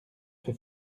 fait